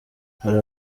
hari